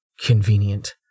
Convenient